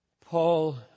Paul